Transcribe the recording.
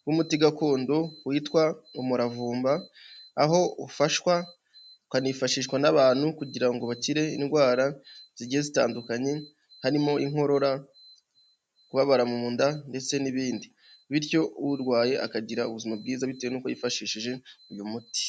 bw'umuti gakondo witwa umuravumba aho ufashwa ukanifashishwa n'abantu kugira ngo bakire indwara zigiye zitandukanye harimo inkorora, kubabara mu nda ndetse n'ibindi. Bityo urwaye akagira ubuzima bwiza bitewe nuko yifashishije uyu muti.